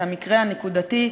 את המקרה הנקודתי,